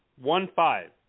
One-five